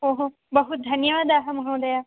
ओ हो बहु धन्यवादाः महोदय